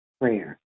prayer